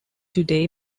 today